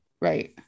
right